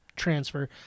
transfer